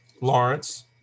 Lawrence